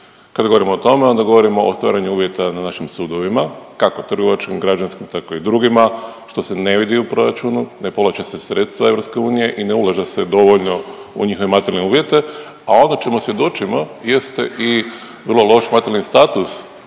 Kad govorimo o tome, onda govorimo o stvaranju uvjeta na našim sudovima, kako trgovačkim, građanskim, tako i drugima, što se ne vidi u proračunu, ne povlače se sredstva EU i ne ulaže se dovoljno u njihove materijalne uvjete, a ono čemu svjedočimo jeste i vrlo loš materijalni status